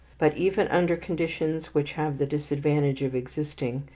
but even under conditions which have the disadvantage of existing,